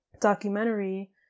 documentary